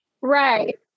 Right